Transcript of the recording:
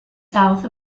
south